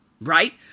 right